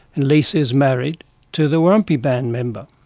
and lisa's married to the warumpi band member.